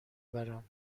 برم